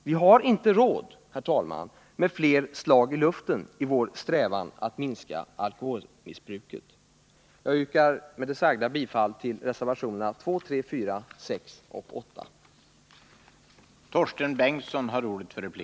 Vi har inte, herr talman, råd att slå fler slag i luften i vår strävan att minska alkoholmissbruket. Jag yrkar med det sagda bifall till reservationerna 2, 3, 4, 6 och 8.